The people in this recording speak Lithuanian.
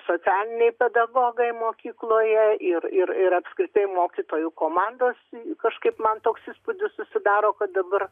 socialiniai pedagogai mokykloje ir ir ir apskritai mokytojų komandos kažkaip man toks įspūdis susidaro kad dabar